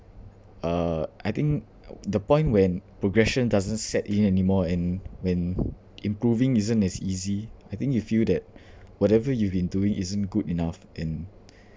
uh I think the point when progression doesn't set in anymore and when improving isn't as easy I think you feel that whatever you've been doing isn't good enough and